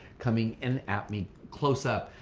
coming in at me close up.